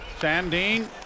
Sandine